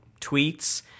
tweets